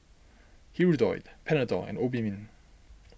Hirudoid Panadol and Obimin